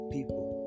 People